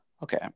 Okay